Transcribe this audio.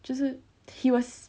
就是 he was